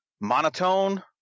monotone